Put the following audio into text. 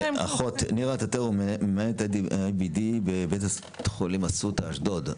נירה טטרו, מנהלת IBD בבית החולים אסותא, אשדוד.